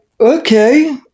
okay